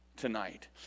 Tonight